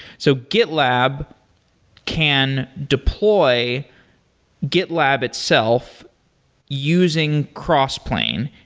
so gitlab can deploy gitlab itself using crossplane.